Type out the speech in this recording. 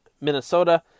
Minnesota